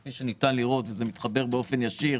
כפי שניתן לראות וזה מתחבר באופן ישיר